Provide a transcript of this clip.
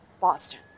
Boston